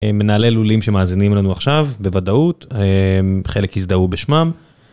מנהלי לולים שמאזינים לנו עכשיו, בוודאות, חלק יזדהו בשמם.